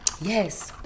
Yes